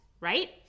right